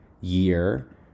year